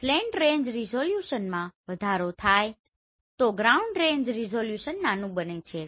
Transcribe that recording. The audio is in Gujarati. સ્લેંટ રેંજ રિઝોલ્યુશનમાં વધારો થાય તો ગ્રાઉન્ડ રેંજ રિઝોલ્યુશન નાનું બને છે